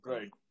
Right